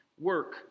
work